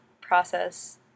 process